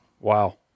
Wow